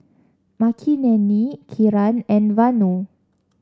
Makineni Kiran and Vanu